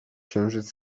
księżyc